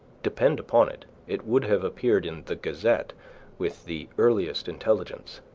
depend upon it, it would have appeared in the gazette with the earliest intelligence.